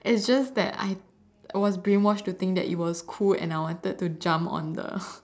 it's just that I was brainwashed to think that it was cool and I wanted to jump on the